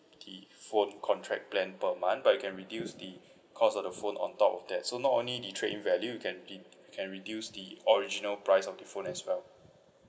the phone contract plan per month but we can reduce the cost of the phone on top of that so not only the trade in value we can be we can reduce the original price of the phone as well